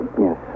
Yes